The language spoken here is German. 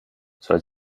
soll